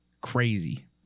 crazy